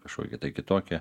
kažkoki kitokie